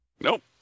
nope